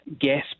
gas